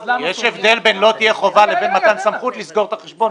יש אופוזיציה יותר גדולה והעברות כאלה בפעמים קודמות לקחו 10 דקות,